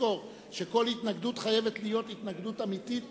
שתזכור שכל התנגדות חייבת להיות התנגדות אמיתית